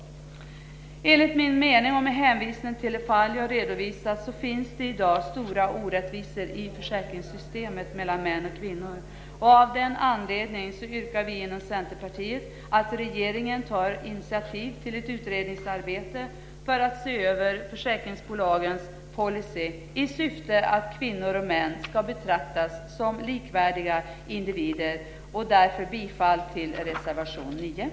Enligt min mening och med hänvisning till de fall som jag har redovisat finns det i dag stora orättvisor mellan män och kvinnor i försäkringssystemet. Av den anledningen yrkar vi inom Centerpartiet att regeringen tar initiativ till ett utredningsarbete för att se över försäkringsbolagens policy i syfte att kvinnor och män ska betraktas som likvärdiga individer, Därför yrkar jag bifall till reservation nr 10.